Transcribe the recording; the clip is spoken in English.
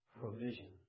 provision